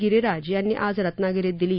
गिरीराज यांनी आज रत्नागिरीत दिली